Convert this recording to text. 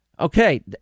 Okay